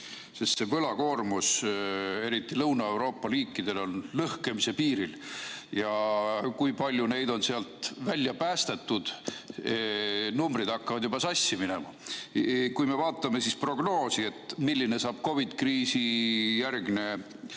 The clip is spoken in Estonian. sest see võlakoormus, eriti Lõuna-Euroopa riikidel, on lõhkemise piiril, ja kui palju neid on sealt välja päästetud, numbrid hakkavad juba sassi minema. Kui me vaatame prognoosi, milline saab COVID-i kriisi järgne